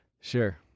Sure